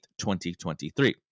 2023